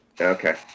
Okay